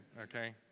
okay